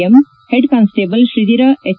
M head constable Shridhar H